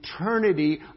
eternity